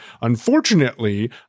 unfortunately